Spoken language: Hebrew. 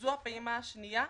זו הפעימה השניה.